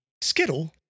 Skittle